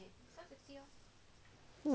买六十块